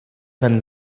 van